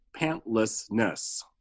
Pantlessness